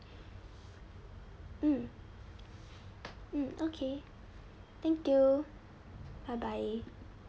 mm mm okay thank you bye bye